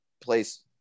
place